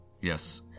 Yes